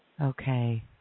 Okay